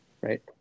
right